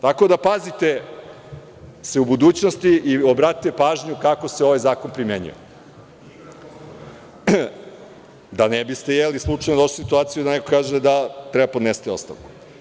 Tako da, pazite se u budućnosti, i obratite pažnju kako se ovaj zakon primenjuje, da ne biste došli u situaciju da neko kaže da treba da podnesete ostavku.